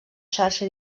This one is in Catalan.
xarxa